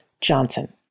Johnson